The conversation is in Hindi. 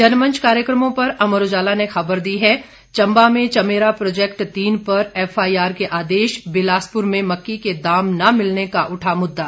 जनमंच कार्यक्रमों पर अमर उजाला ने खबर दी है चंबा में चमेरा प्रोजेक्ट तीन पर एफआईआर के आदेश बिलासपुर में मक्की के दाम न मिलने का उठा मुद्दा